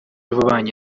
y’ububanyi